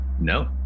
No